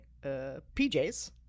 PJs